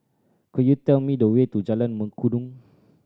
could you tell me the way to Jalan Mengkudu